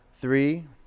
Three